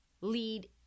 lead